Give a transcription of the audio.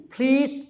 Please